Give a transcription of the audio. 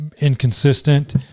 inconsistent